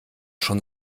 schon